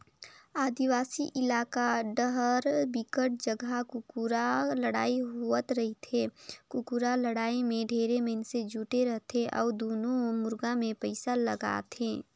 आदिवासी इलाका डाहर बिकट जघा कुकरा लड़ई होवत रहिथे, कुकरा लड़ाई में ढेरे मइनसे जुटे रथे अउ दूनों मुरगा मे पइसा लगाथे